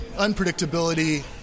unpredictability